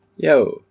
Yo